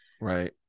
Right